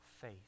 faith